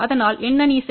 அதனால் என்ன நீ செய்